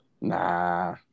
Nah